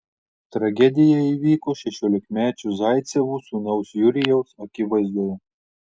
tragedija įvyko šešiolikmečio zaicevų sūnaus jurijaus akivaizdoje